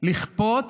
לכפות